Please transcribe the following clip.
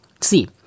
See